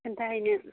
खोन्था हैनो